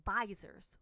advisors